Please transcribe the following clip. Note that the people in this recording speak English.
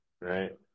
right